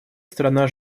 страна